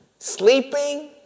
Sleeping